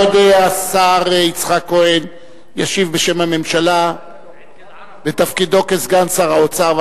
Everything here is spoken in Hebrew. כבוד השר יצחק כהן ישיב בשם הממשלה בתפקידו כסגן שר האוצר.